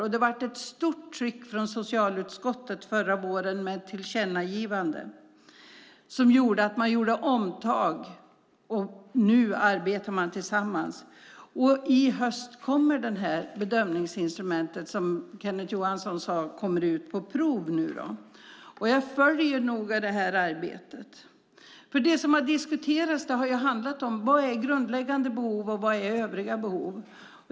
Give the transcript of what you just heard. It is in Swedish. Och det var ett stort tryck från socialutskottet förra våren, med ett tillkännagivande, som gjorde att man gjorde omtag. Nu arbetar man tillsammans, och i höst kommer det här bedömningsinstrumentet, som Kenneth Johansson sade, ut på prov. Jag följer noga det här arbetet, för det som har diskuterats har ju handlat om vad som är grundläggande behov och vad som är övriga behov.